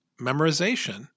memorization